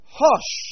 hush